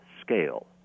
scale